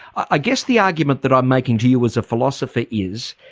i guess the argument that i'm making to you as a philosopher is,